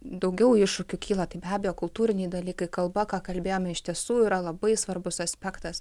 daugiau iššūkių kyla tai be abejo kultūriniai dalykai kalba ką kalbėjome iš tiesų yra labai svarbus aspektas